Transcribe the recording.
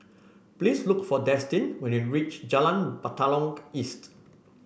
please look for Destin when you reach Jalan Batalong East